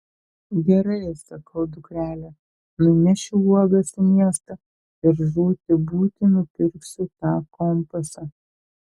gerai sakau dukrele nunešiu uogas į miestą ir žūti būti nupirksiu tą kompasą